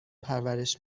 پرورش